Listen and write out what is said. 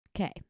Okay